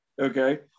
Okay